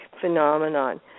phenomenon